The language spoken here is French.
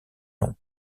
long